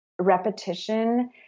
repetition